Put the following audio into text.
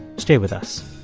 stay with us